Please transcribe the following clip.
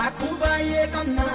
i don't know